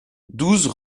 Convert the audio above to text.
douze